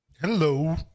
Hello